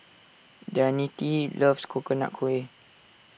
Danette loves Coconut Kuih